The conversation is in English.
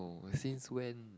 oh since when